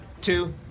two